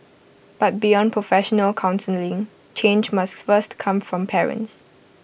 but beyond professional counselling change must first come from parents